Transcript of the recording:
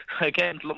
again